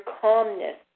calmness